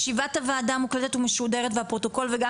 ישיבת הוועדה מוקלטת ומשודרת והפרוטוקול וגם